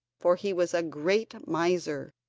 for he was a great miser,